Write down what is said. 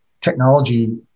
technology